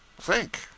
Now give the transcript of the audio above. Think